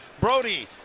Brody